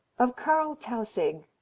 of karl tausig,